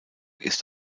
ist